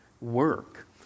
work